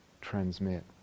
transmit